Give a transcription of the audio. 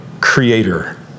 creator